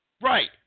Right